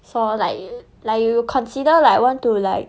so like like you consider like want to like